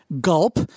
Gulp